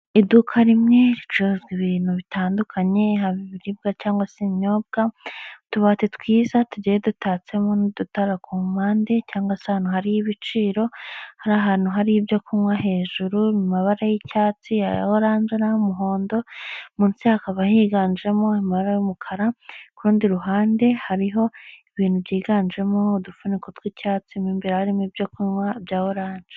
Iduka rimwe ricuruza ibintu bitandukanye, haba ibibwa cyangwa se ibinyobwa, utubati twiza tugiye dutatsemo n'udutara ku mpande, cyangwa se ahantu hari ibiciro, hari ahantu hari ibyo kunywa hejuru mu mabara y'icyatsi, aya oranje n'ay'umuhondo, munsi hakaba higanjemo amabara y'umukara, ku rundi ruhande hariho ibintu byiganjemo udufuniko tw'icyatsi, mo imbere harimo ibyo kunywa bya oranje.